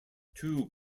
two